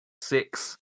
Six